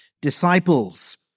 disciples